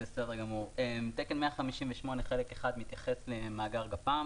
תקן 158 חלק 1 מתייחס למאגר גפ"מ